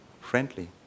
friendly